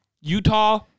Utah